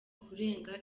kurenga